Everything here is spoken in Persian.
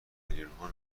میلیونها